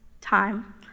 time